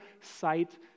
sight